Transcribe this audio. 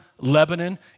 Lebanon